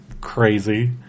Crazy